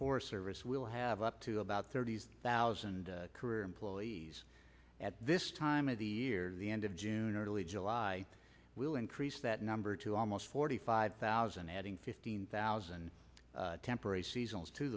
forest service will have up to about thirty thousand career employees at this time of the year the end of june early july will increase that number to almost forty five thousand adding fifteen thousand temporary seasons to